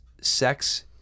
sex